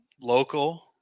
local